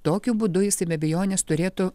tokiu būdu jis be abejonės turėtų